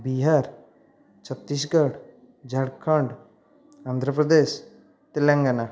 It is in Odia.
ବିହାର ଛତିଶଗଡ଼ ଝାରଖଣ୍ଡ ଆନ୍ଧ୍ରପ୍ରଦେଶ ତେଲେଙ୍ଗାନା